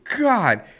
god